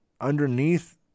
underneath